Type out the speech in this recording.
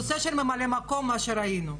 הנושא של ממלא מקום, מה שראינו.